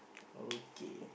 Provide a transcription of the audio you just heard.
okay